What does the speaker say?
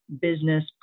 business